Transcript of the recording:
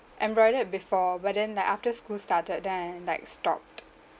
embroidered before but then like after school started then I like stopped